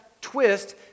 Twist